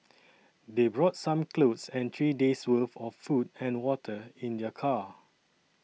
they brought some clothes and three days' worth of food and water in their car